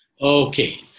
Okay